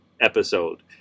episode